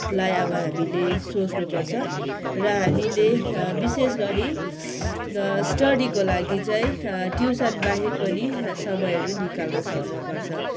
लाई अब हामीले सोच्नुपर्छ र हामीले विशेषगरी स्टडीको लागि चाहिँ ट्युसनबाहेक पनि समयहरू निकाल्न सक्नु पर्छ